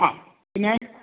ആ പിന്നെ